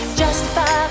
justify